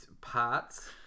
Parts